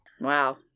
Wow